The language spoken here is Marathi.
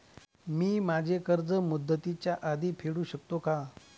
मी माझे कर्ज मुदतीच्या आधी फेडू शकते का?